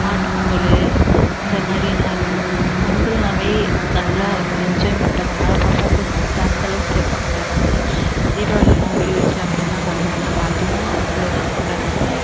மாட்டு பொங்கல் இந்த மாதிரிலாம் இருந்திருக்கு பொங்கல்னாவே நல்லா என்ஜாய்மெண்டாக கொண்டாடலாம் அப்புறம் பொங்கல்னால் அந்த அளவுக்கு சிறப்பாக கொண்டாடுவது இல்லை தீபாவளின்னால் வெடி வெடித்து அப்படி தான் கொண்டாடுவாங்க அப்போ அதுவும் அவ்வளோலாம் கொண்டாடுவது இல்லை